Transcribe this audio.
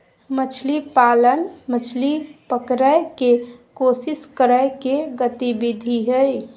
मछली पालन, मछली पकड़य के कोशिश करय के गतिविधि हइ